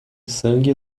sangue